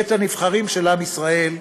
בית-הנבחרים של עם ישראל,